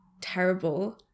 terrible